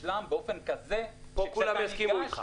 מושלם באופן כזה שכשאתה ניגש,